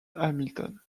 hamilton